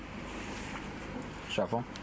Shuffle